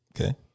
Okay